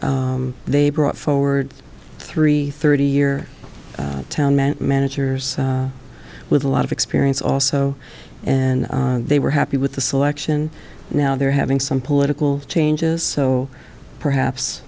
hanover they brought forward three thirty year town meant managers with a lot of experience also and they were happy with the selection now they're having some political changes so perhaps